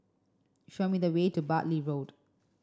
show me the way to Bartley Road